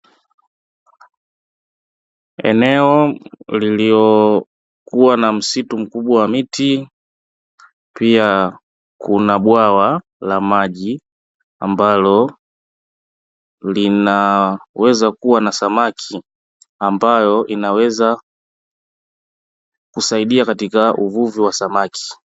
Eneo lililokuwa na msitu mkubwa wa miti, pia kuna bwawa la maji, ambalo linaweza kuwa na samaki ambalo linaweza kusaidia katika uvuvi wa samaki.